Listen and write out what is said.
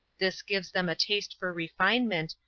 this gives them a taste for refinement,